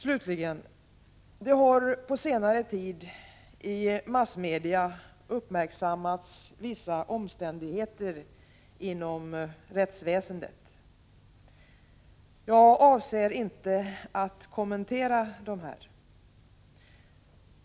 Slutligen: Det har på senare tid i massmedia uppmärksammats vissa omständigheter inom rättsväsendet. Jag avser inte att kommentera dessa.